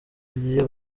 agiye